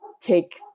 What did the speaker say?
take